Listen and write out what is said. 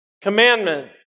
commandment